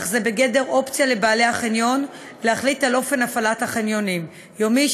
אך זה בגדר אופציה לבעלי החניון להחליט על אופן הפעלת החניונים: יומי,